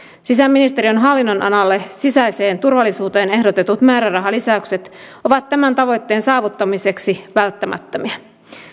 sisäministeriön hallinnonalalle sisäiseen turvallisuuteen ehdotetut määrärahalisäykset ovat tämän tavoitteen saavuttamiseksi välttämättömiä